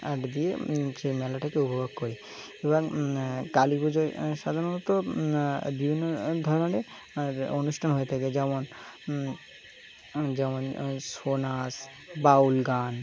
art দিয়ে সেই মেলাটাকে উপভোগ করি এবং কালী পুজয় সাধারণত বিভিন্ন ধরনের অনুষ্ঠান হয়ে থাকে যেমন যেমন ছৌ নাচ বাউল গান